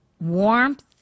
Warmth